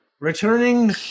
returning